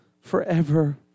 forever